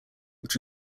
which